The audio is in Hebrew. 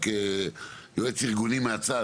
כיועץ ארגוני מהצד,